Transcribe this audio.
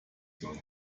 soll